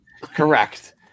correct